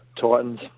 Titans